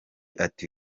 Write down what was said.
ati